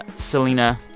selena,